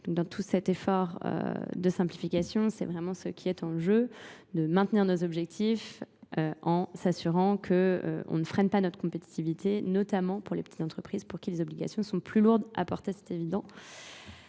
Dans tout cet effort de simplification, c'est vraiment ce qui est en jeu. de maintenir nos objectifs en s'assurant qu'on ne freine pas notre compétitivité, notamment pour les petites entreprises pour qui les obligations sont plus lourdes à porter, c'est évident.